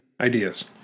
ideas